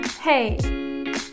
Hey